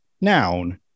noun